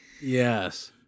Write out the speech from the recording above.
yes